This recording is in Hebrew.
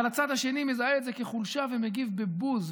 אבל הצד השני מזהה את זה כחולשה ומגיב בבוז.